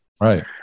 Right